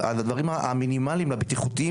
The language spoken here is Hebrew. בהצלחה לכולנו, ושיהיה לכם רק דברים יפים וטובים.